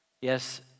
yes